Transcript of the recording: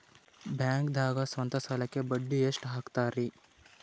ಬ್ಯಾಂಕ್ದಾಗ ಸ್ವಂತ ಸಾಲಕ್ಕೆ ಬಡ್ಡಿ ಎಷ್ಟ್ ಹಕ್ತಾರಿ?